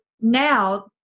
now